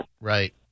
Right